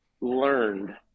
learned